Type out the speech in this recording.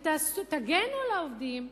ותגנו על העובדים,